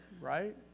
right